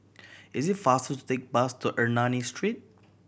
is it faster to take bus to Ernani Street